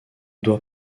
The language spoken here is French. doit